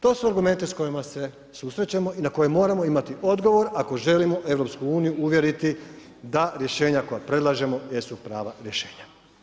To su argumenti s kojima se susrećemo i na koje moramo imati odgovor ako želimo EU uvjeriti da rješenja koja predlažemo jesu prava rješenja.